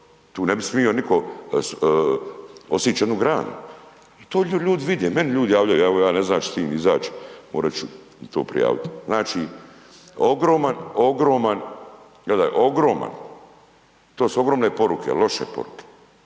tu ne bi smio nitko odsjeći jednu granu. I to ljudi vide, meni ljudi javljaju, evo ja ne znam hoću li si tim izaći, morati ću i to prijaviti. Znači ogroman, ogroman, gledaj, ogroman, to su ogromne poruke, loše poruke,